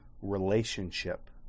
relationship